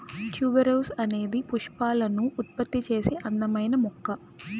tuberose అనేది పుష్పాలను ఉత్పత్తి చేసే అందమైన మొక్క